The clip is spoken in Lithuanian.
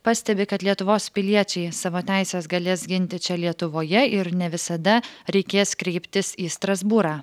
pastebi kad lietuvos piliečiai savo teises galės ginti čia lietuvoje ir ne visada reikės kreiptis į strasbūrą